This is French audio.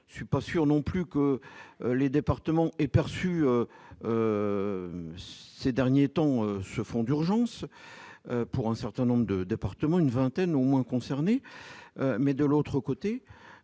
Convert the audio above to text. je ne suis pas sûr non plus que les départements et perçu ces derniers temps, ce fonds d'urgence pour un certain nombre de départements, une vingtaine au moins concernés, mais de l'autre côté,